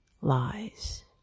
lies